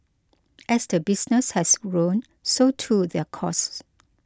as the business has grown so too their costs